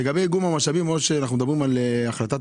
לגבי איגום המשאבים, אנחנו מדברים על החלטת